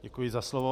Děkuji za slovo.